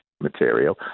material